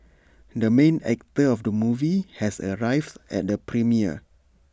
the main actor of the movie has arrived at the premiere